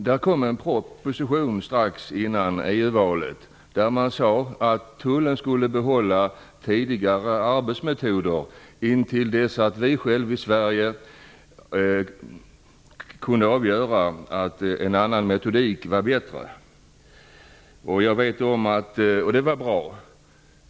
Det kom strax innan EU-valet en proposition i vilken man sade att Tullen skulle behålla tidigare arbetsmetoder intill dess att vi själva i Sverige kunde avgöra att en annan metod var bättre. Det var bra.